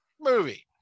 movie